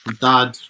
Dad